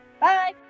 Bye